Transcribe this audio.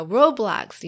Roblox